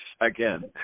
Again